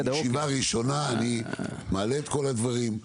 בישיבה ראשונה אני מעלה את כל הדברים,